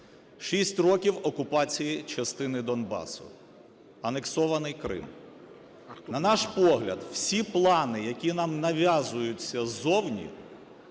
шість років окупації частини Донбасу, анексований Крим. На наш погляд, всі плани, які нам нав'язуються ззовні,